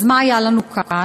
אז מה היה לנו כאן?